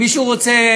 אם מישהו רוצה,